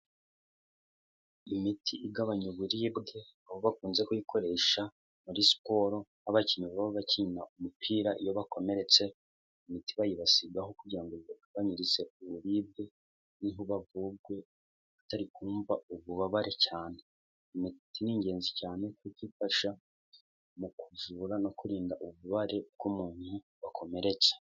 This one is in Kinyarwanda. Imiti igabanya uburibwe, aho bakunze kuyikoresha muri siporo, nk'abakinnyi baba bakina umupira iyo bakomeretse imiti bayibasigaho kugira ngo bibagabanyirize uburibwe, noneho bavurwe batari kumva ububabare cyane. Imiti ni ingenzi cyane kuko ifasha mu kuvura no kurinda ububabare bw'umuntu wakomeretse.